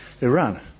Iran